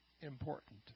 important